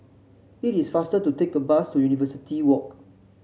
it is faster to take the bus to University Walk